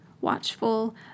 Watchful